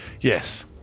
Yes